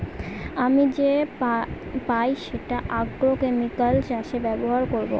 আমি যে পাই সেটা আগ্রোকেমিকাল চাষে ব্যবহার করবো